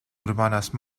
urbanas